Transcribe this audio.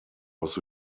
was